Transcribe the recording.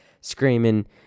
screaming